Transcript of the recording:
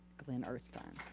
glenn ehrstine.